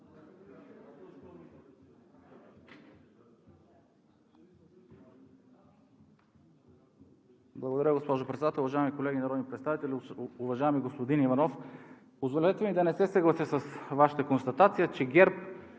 Благодаря, госпожо Председател. Уважаеми колеги народни представители! Уважаеми господин Иванов, позволете ми да не се съглася с Вашата констатация, че ГЕРБ